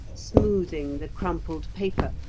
smoothing the crumpled paper,